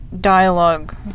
dialogue